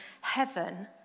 heaven